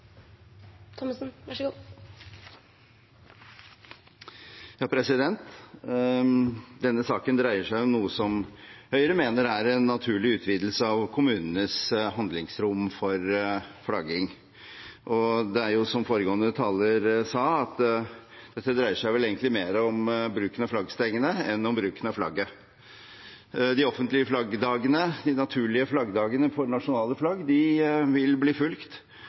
utvidelse av kommunenes handlingsrom for flagging. Det er jo slik, som foregående taler sa, at dette vel egentlig dreier seg mer om bruken av flaggstengene enn om bruken av flagget. De offentlige flaggdagene, de naturlige flaggdagene for nasjonale flagg, vil bli